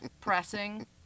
pressing